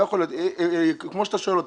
לא יכול להיות כמו שאתה שואל אותם,